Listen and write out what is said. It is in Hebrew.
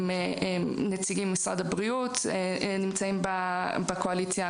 נציגי משרד הבריאות נמצאים בקואליציה,